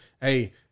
Hey